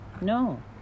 no